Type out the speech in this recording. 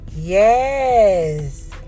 Yes